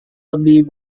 lebih